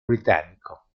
britannico